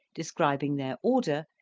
describing their order,